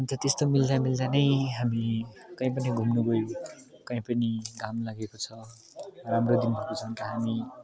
अन्त त्यस्तो मिल्दा मिल्दा नै हामी कहीँ पनि घुम्नु गयो कहीँ पनि घाम लागेको छ राम्रो दिन भएको छ हामी